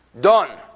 done